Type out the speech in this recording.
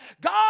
God